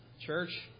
church